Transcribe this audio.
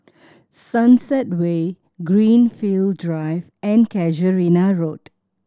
Sunset Way Greenfield Drive and Casuarina Road